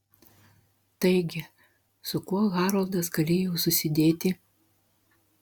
taigi su kuo haroldas galėjo susidėti